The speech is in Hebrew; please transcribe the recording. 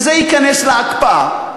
תערער, וזה ייכנס להקפאה.